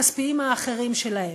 הכספיים האחרים שלהם,